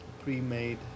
pre-made